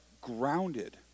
grounded